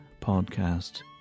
Podcast